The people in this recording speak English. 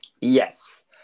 yes